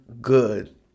good